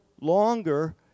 longer